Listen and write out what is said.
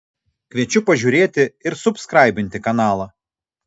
kviečiu pažiūrėti ir subskraibinti kanalą